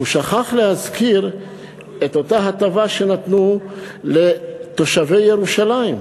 הוא שכח להזכיר את אותה הטבה שנתנו לתושבי ירושלים,